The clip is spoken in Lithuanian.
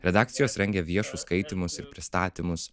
redakcijos rengia viešus skaitymus ir pristatymus